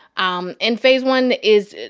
um and phase one is,